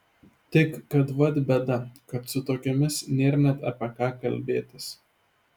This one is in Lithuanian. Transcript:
tik kad vat bėda kad su tokiomis nėr net apie ką kalbėtis